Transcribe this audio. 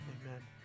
amen